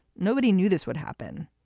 nobody knew this would happen.